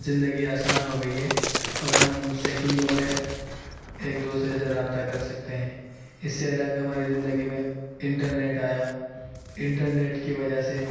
زندگی آسان ہو گئی ہے اور ہم سیکنڈوں میں ایک دوسرے سے رابطہ کر سکتے ہیں اس سے الگ ہماری زندگی میں انٹرنیٹ آیا انٹرنیٹ کی وجہ سے